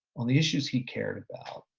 on the issues he cared about,